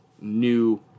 new